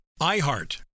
IHEART